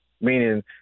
meaning